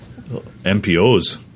MPOs